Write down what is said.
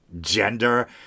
gender